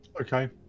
Okay